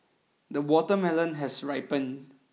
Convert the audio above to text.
the watermelon has ripened